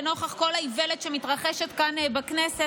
נוכח כל האיוולת שמתרחשת כאן בכנסת,